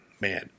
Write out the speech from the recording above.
man